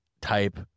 type